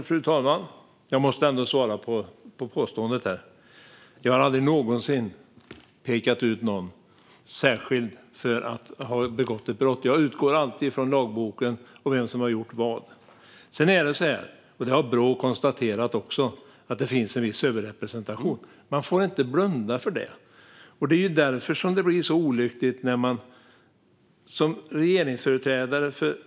Fru talman! Jag måste ändå svara på påståendet. Jag har aldrig någonsin pekat ut någon särskild för att ha begått ett brott. Jag utgår alltid från lagboken och vem som har gjort vad. Brå har också konstaterat att det finns en viss överrepresentation. Man får inte blunda för det. Det är därför som det blir så olyckligt när det är ett uttalande från en regeringsföreträdare.